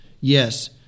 Yes